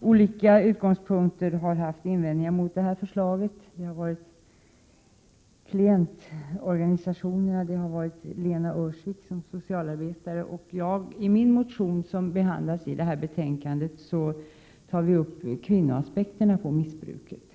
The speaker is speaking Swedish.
olika utgångspunkter har haft invändningar mot det här förslaget. Man har talat för klientorganisationerna och Lena Öhrsvik har talat som socialarbetare. I min motion, som behandlas i detta betänkande, tar jag upp kvinnoaspekterna på missbruket.